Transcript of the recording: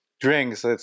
drinks